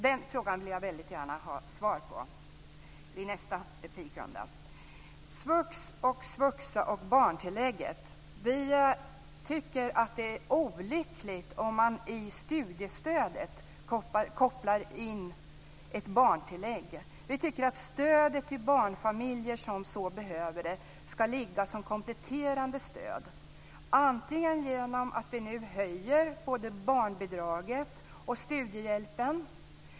Den frågan vill jag gärna ha svar på i nästa replikrunda. Så till svux, svuxa och barntillägget. Vi tycker att det är olyckligt om man i studiestödet kopplar in ett barntillägg. Vi tycker att stödet till barnfamiljer som behöver det ska ligga som kompletterande stöd. Det kan ske genom att vi nu höjer både barnbidraget och studiehjälpen.